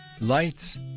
Lights